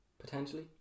Potentially